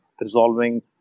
resolving